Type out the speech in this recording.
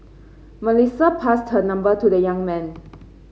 Melissa passed her number to the young man